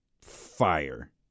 fire